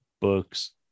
books